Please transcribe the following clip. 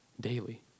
daily